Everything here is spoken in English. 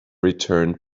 return